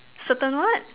certain what